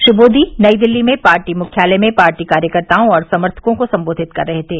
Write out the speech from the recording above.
श्री मोदी नई दिल्ली में पार्टी मुख्यालय में पार्टी कार्यकर्ताओं और समर्थकों को संबोधित कर रहे थे